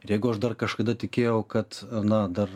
jeigu aš dar kažkada tikėjau kad na dar